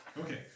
Okay